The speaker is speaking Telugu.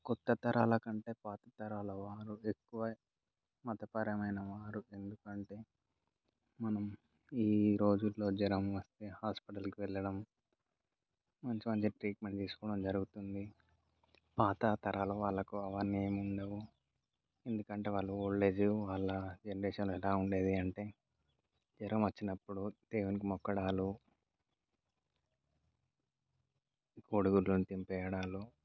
కొత్త తరాల కంటే పాత తరాల వాళ్ళు ఎక్కువ మతపరమైన వాళ్ళు ఎందుకంటే మనం ఈ రోజుల్లో జ్వరం వస్తే హాస్పిటల్కి వెళ్ళడం మంచి మంచి ట్రీట్మెంట్ తీసుకోవడం జరుగుతుంది పాత తరాల వాళ్ళకు అవన్నీ ఏమీ ఉండవు ఎందుకంటే వాళ్ళు ఓల్డ్ ఏజ్ వాళ్ళ జనరేషన్ ఎలా ఉండేది అంటే జ్వరం వచ్చినప్పుడు దేవుడికి మొక్కడాలు కోడిగుడ్లు దింపేయడాలు